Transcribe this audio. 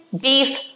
beef